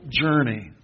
journey